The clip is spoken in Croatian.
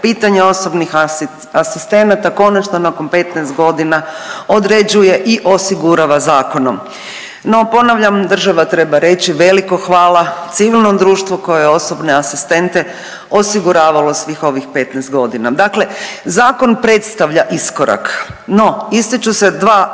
pitanje osobnih asistenata konačno nakon 15 godina određuje i osigurava zakonom. No ponavljam, država treba reći veliko hvala civilnom društvu koje je osobne asistente osiguravalo svih ovih 15 godina. Dakle, zakon predstavlja iskorak, no ističu se dva glavna